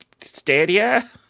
Stadia